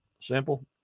sample